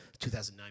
2009